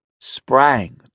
sprang